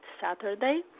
saturday